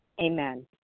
Amen